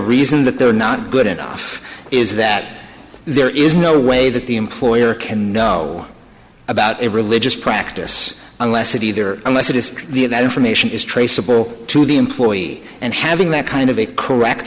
reason that they're not good enough is that there is no way that the employer can know about a religious practice unless it either unless it is the that information is traceable to the employee and having that kind of a correct